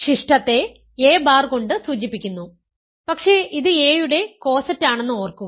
ശിഷ്ടത്തെ a bar കൊണ്ട് സൂചിപ്പിക്കുന്നു പക്ഷേ ഇത് a യുടെ കോസെറ്റാണെന്ന് ഓർക്കുക